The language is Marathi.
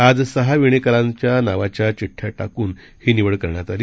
आज सहा वीणेकरांच्या नावाच्या चिड्डया टाकून ही निवड करण्यात आली